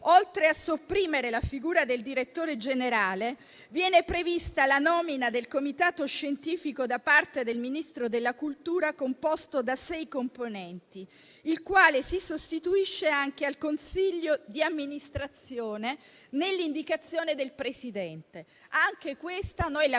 Oltre a sopprimere la figura del direttore generale, viene prevista la nomina del comitato scientifico da parte del Ministro della cultura, composto da sei componenti, il quale si sostituisce anche al consiglio di amministrazione nell'indicazione del presidente. Anche questa noi la